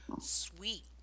sweet